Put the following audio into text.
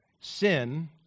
Sin